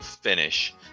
finish